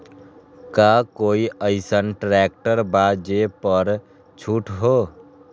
का कोइ अईसन ट्रैक्टर बा जे पर छूट हो?